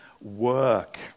work